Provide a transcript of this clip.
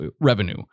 revenue